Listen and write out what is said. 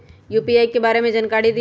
UPI के बारे में जानकारी दियौ?